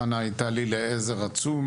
חנה הייתה לי לעזר עצום,